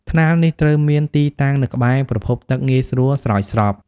ថ្នាលនេះត្រូវមានទីតាំងនៅក្បែរប្រភពទឹកងាយស្រួលស្រោចស្រព។